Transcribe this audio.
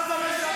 מה זה משנה?